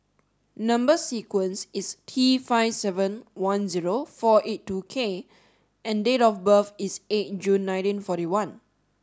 number sequence is T five seven one zero four eight two K and date of birth is eight June nineteen forty one